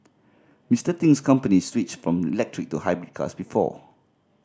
Mister Ting's company switched from electric to hybrid cars before